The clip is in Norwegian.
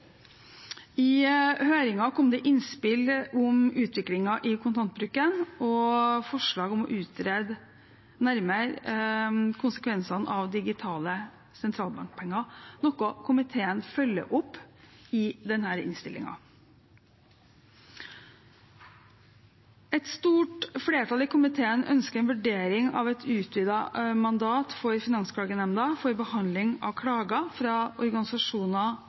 I høringen kom det innspill om utviklingen i kontantbruken og forslag om å utrede nærmere konsekvensene av digitale sentralbankpenger, noe komiteen følger opp i denne innstillingen. Et stort flertall i komiteen ønsker en vurdering av et utvidet mandat for Finansklagenemnda for behandling av klager fra organisasjoner,